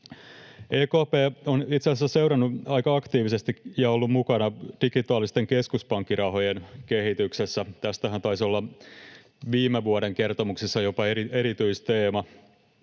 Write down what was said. EKP on itse asiassa seurannut aika aktiivisesti ja ollut mukana digitaalisten keskuspankkirahojen kehityksessä. Tästähän taisi olla viime vuoden kertomuksessa jopa erityisteema.